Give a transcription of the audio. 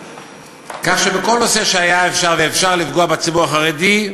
כך שבכל נושא שהיה אפשר לפגוע בציבור החרדי,